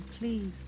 please